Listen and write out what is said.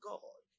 God